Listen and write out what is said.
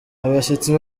abashyitsi